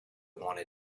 wanted